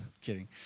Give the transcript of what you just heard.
Kidding